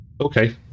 Okay